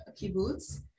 kibbutz